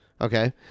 Okay